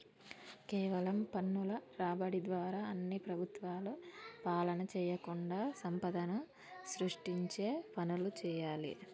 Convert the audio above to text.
కేవలం పన్నుల రాబడి ద్వారా అన్ని ప్రభుత్వాలు పాలన చేయకుండా సంపదను సృష్టించే పనులు చేయాలి